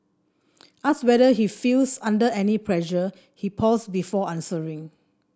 asked whether he feels under any pressure he pauses before answering